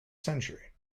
century